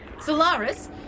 Solaris